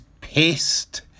pissed